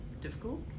difficult